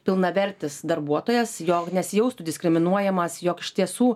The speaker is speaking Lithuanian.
pilnavertis darbuotojas jog nesijaustų diskriminuojamas jog iš tiesų